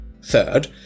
Third